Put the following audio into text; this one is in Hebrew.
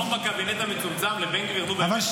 מקום בקבינט המצומצם לבן גביר, נו, באמת.